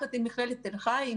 ביחד עם מכללת תל חי,